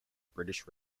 british